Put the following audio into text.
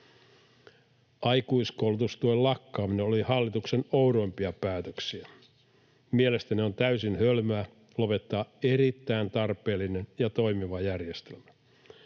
Aikuiskoulutustuen lakkaaminen oli hallituksen oudoimpia päätöksiä. Mielestäni on täysin hölmöä lopettaa erittäin tarpeellinen ja toimiva järjestelmä.